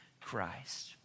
Christ